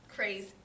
crazy